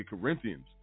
Corinthians